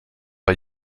bei